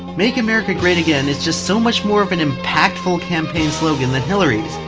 make america great again it's just so much more of an impactful campaign slogan than hillary's.